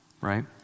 right